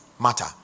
matter